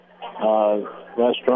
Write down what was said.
restaurant